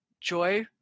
joy